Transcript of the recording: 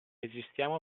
esistiamo